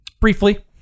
Briefly